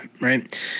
right